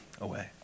away